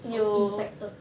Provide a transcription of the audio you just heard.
or impacted